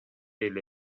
эле